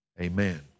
amen